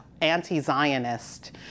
anti-Zionist